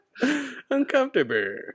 Uncomfortable